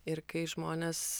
ir kai žmonės